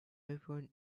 everyone